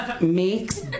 makes